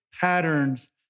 patterns